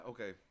Okay